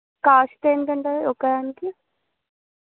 cost ఏంత ఉంటుంది ఒక దానికి